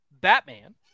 Batman